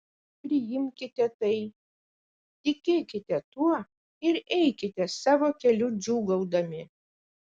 priimkite tai tikėkite tuo ir eikite savo keliu džiūgaudami